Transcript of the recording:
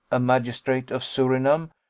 a magistrate of surinam,